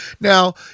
Now